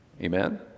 amen